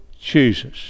Jesus